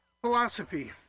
Philosophy